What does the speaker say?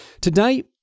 Today